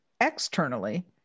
Externally